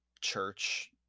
church